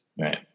Right